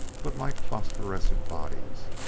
but like phosphorescent bodies,